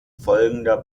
folgender